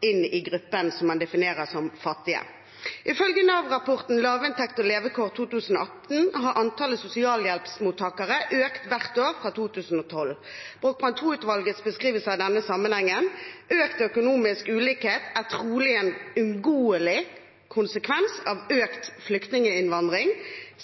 inn i gruppen man definerer som fattige. Ifølge Nav-rapporten Lavinntekt og levekår i Norge for 2018 har antallet sosialhjelpsmottakere økt hvert år fra 2012. Brochmann II-utvalgets beskrivelse av denne sammenhengen er: Økt økonomisk ulikhet er trolig en uunngåelig konsekvens av økt flyktninginnvandring,